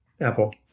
apple